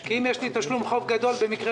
כי אם יש לי תשלום חוב גדול במקרה